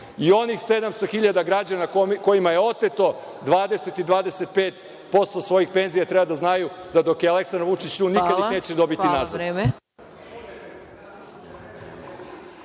I onih 700 hiljada građana kojima je oteto 20 i 25% svojih penzija, treba da znaju da dok je Aleksandar Vučić tu, nikad ih neće dobiti nazad.